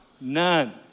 None